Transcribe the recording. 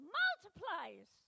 multiplies